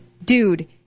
Dude